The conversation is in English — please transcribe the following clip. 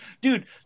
dude